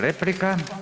replika.